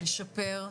לשפר,